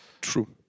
True